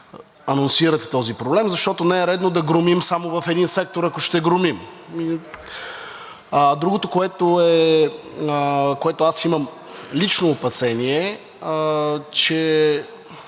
анонсирате този проблем, защото не е редно да громим само в един сектор, ако ще громим. Другото, за което аз имам лично опасение, е,